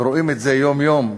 ורואים את זה יום-יום,